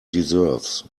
deserves